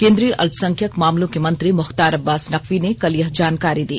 केन्द्रीय अल्पसंख्यक मामलों के मंत्री मुख्तार अब्बास नकवी ने कल यह जानकारी दी